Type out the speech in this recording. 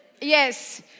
Yes